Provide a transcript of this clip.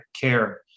care